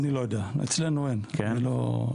אני לא יודע, אצלנו אין, אני לא.